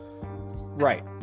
right